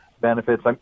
benefits